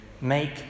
make